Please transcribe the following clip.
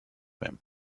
him